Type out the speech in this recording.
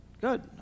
Good